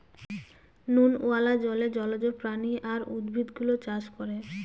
নুনওয়ালা জলে জলজ প্রাণী আর উদ্ভিদ গুলো চাষ করে